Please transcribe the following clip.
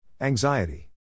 Anxiety